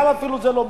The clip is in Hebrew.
אפילו זה לא מתקבל.